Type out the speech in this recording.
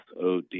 SOD